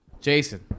Jason